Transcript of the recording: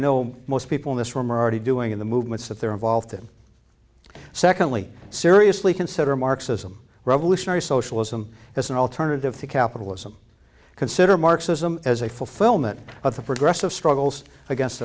know most people in this room are doing in the movements that they are involved in secondly seriously consider marxism revolutionary socialism as an alternative to capitalism consider marxism as a fulfillment of the progressive struggles against